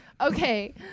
okay